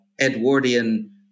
Edwardian